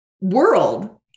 world